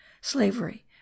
slavery